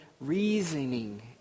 reasoning